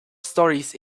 stories